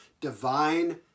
divine